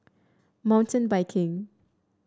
Mountain Biking